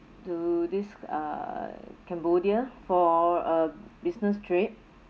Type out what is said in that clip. to this uh cambodia for a business trip